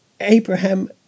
Abraham